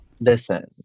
Listen